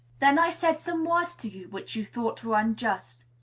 then i said some words to you, which you thought were unjust.